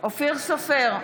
אופיר סופר,